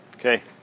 Okay